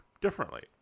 differently